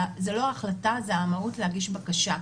זה המהות להגיש בקשה.